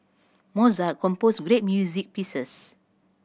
Mozart composed great music pieces